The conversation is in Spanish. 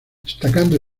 destacando